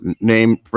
name